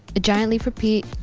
a giant leap for pete,